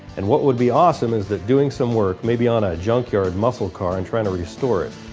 and what would be awesome is that doing some work, maybe on a junk-yard muscle car and trying to restore it.